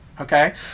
Okay